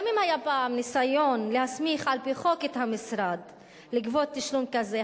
גם אם היה פעם ניסיון להסמיך על-פי חוק את המשרד לגבות תשלום כזה,